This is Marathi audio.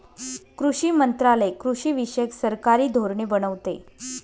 कृषी मंत्रालय कृषीविषयक सरकारी धोरणे बनवते